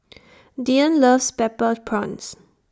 Dyan loves Butter Prawns